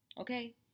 Okay